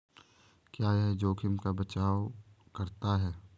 क्या यह जोखिम का बचाओ करता है?